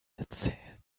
erzählt